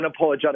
unapologetic